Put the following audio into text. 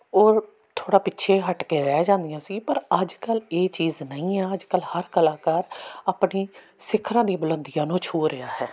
ਉਹ ਥੋੜ੍ਹਾ ਪਿੱਛੇ ਹੱਟ ਕੇ ਰਹਿ ਜਾਂਦੀਆਂ ਸੀ ਪਰ ਅੱਜ ਕੱਲ੍ਹ ਇਹ ਚੀਜ਼ ਨਹੀਂ ਆ ਅੱਜ ਕੱਲ੍ਹ ਹਰ ਕਲਾਕਾਰ ਆਪਣੀ ਸਿਖਰਾਂ ਦੀ ਬੁਲੰਦੀਆਂ ਨੂੰ ਛੂਹ ਰਿਹਾ ਹੈ